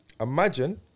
Imagine